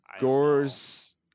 Gore's